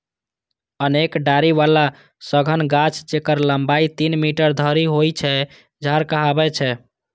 अनेक डारि बला सघन गाछ, जेकर लंबाइ तीन मीटर धरि होइ छै, झाड़ कहाबै छै